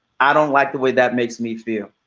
i don't like the way that makes me feel. you